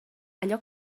allò